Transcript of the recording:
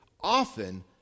often